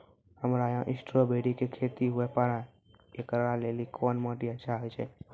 हमरा यहाँ स्ट्राबेरी के खेती हुए पारे, इकरा लेली कोन माटी अच्छा होय छै?